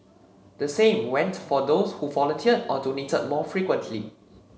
the same went for those who volunteered or donated more frequently